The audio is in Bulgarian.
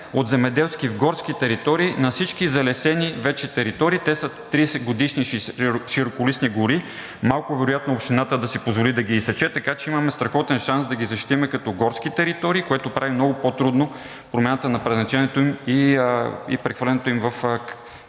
от земеделски в горски територии на всички залесени вече територии. Те са 30-годишни широколистни гори. Малко вероятно е общината да си позволи да ги изсече, така че имаме страхотен шанс да ги защитим като горски територии, което прави много по-трудно промяната на предназначението им и прехвърлянето им в